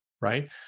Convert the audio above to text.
Right